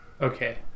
okay